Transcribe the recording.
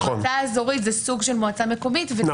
מועצה אזורית זה סוג של מועצה מקומית,